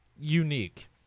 unique